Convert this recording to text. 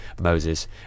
Moses